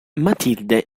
matilde